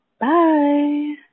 Bye